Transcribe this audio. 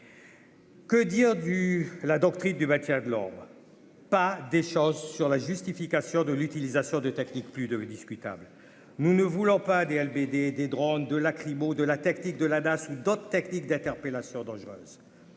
Que dire du la doctrine du maintien de l'ordre, pas des choses sur la justification de l'utilisation de tactique plus de discutable, nous ne voulons pas Des BD des drônes de lacrymo de la tactique de la DASS ou d'autres techniques d'interpellation dangereuses